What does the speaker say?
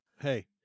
Hey